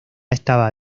estaba